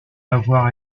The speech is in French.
avoir